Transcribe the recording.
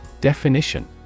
Definition